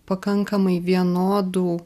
pakankamai vienodų